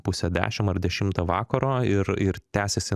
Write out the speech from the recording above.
pusę dešim ar dešimtą vakaro ir ir tęsiasi